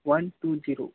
one two zero